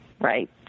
right